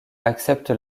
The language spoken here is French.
accepte